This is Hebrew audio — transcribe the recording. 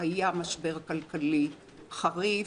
היה משבר כלכלי חריף.